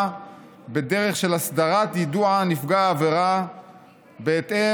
בדרך של הסדרת יידוע נפגע העבירה בהתאם